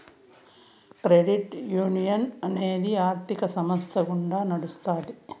credit union అనేది ఆర్థిక సంస్థ గుండా నడుత్తాది